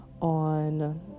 on